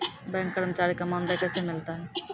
Bank कर्मचारी का मानदेय कैसे मिलता हैं?